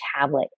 tablet